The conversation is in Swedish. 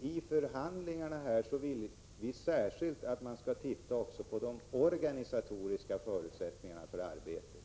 Vid förhandlingarna vill vi att man särskilt skall titta på de organisatoriska förutsättningarna för arbetet.